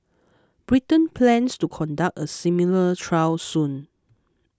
Britain plans to conduct a similar trial soon